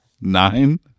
Nine